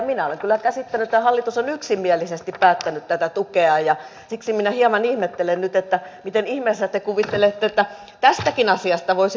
minä olen kyllä käsittänyt että hallitus on yksimielisesti päättänyt tätä tukea ja siksi minä hieman ihmettelen nyt miten ihmeessä te kuvittelette että tästäkin asiasta voisi vastuussa olla sdp